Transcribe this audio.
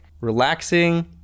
relaxing